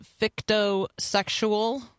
fictosexual